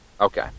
Okay